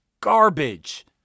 garbage